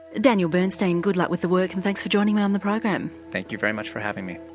daniel bernstein, good luck with the work and thanks for joining me on the program. thank you very much for having me.